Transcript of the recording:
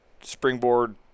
springboard